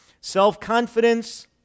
Self-confidence